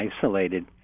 isolated